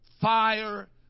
fire